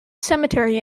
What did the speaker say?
cemetery